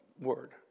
word